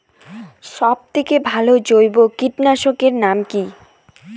সব থেকে ভালো জৈব কীটনাশক এর নাম কি?